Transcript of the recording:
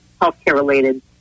healthcare-related